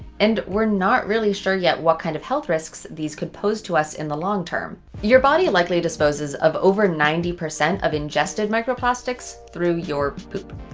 and we're not really sure yet what kind of health risks these could pose to us in the long term. your body likely disposes of over ninety percent of ingested microplastics through your poop.